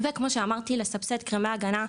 וכמו שאמרתי לסבסד קרמי הגנה,